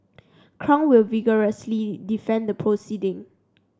crown will vigorously defend the proceeding